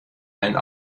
einen